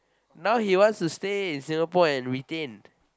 now he wants to stay in Singapore and retain